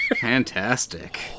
Fantastic